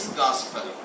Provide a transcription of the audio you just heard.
gospel